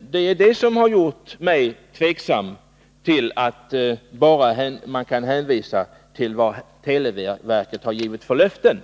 Det är det som har gjort mig tveksam till att det räcker med att hänvisa till televerkets löften.